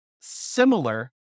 similar